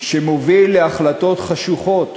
שמוביל להחלטות חשוכות,